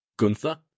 Gunther